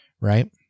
right